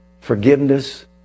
Forgiveness